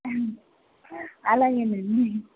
అలాగేనండి